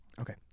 Okay